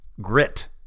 grit